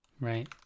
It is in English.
Right